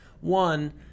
One